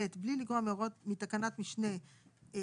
(ב) בלי לגרוע מתקנת משנה (ב),